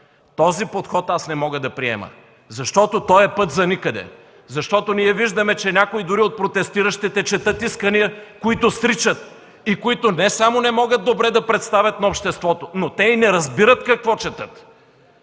Този подход аз не мога да приема, защото той е път за никъде! Защото ние виждаме, че дори някои от протестиращите четат искания, които сричат, и които не само не могат добре да представят на обществото, но и не разбират какво четат.